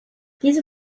diese